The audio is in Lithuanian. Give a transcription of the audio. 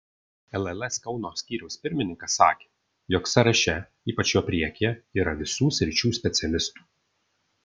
lls kauno skyriaus pirmininkas sakė jog sąraše ypač jo priekyje yra visų sričių specialistų